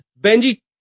Benji